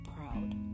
proud